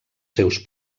seus